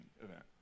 event